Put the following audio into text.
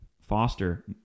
Foster